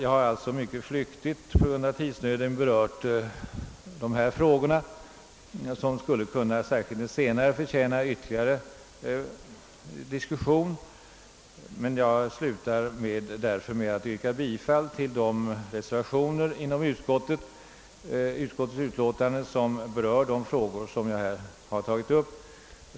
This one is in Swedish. Jag har alltså på grund av tidsnöden mycket flyktigt berört dessa frågor, som — särskilt den senare — skulle kunna förtjäna ytterligare diskussion. Jag slutar med att yrka bifall till de reservationer som rör de frågor som jag här har tagit upp.